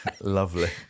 Lovely